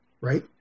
right